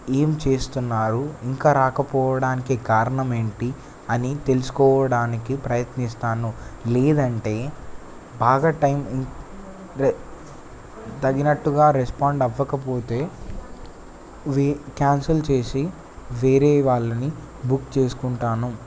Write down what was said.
ఏమి చేస్తున్నారు ఇంకా రాకపోవడానికి కారణం ఏంటి అని తెలుసుకోవడానికి ప్రయత్నిస్తాను లేదంటే బాగా టైం ఇం తగినట్టుగా రెస్పాండ్ అవ్వకపోతే వ కాన్సెల్ చేసి వేరే వాళ్ళని బుక్ చేసుకుంటాను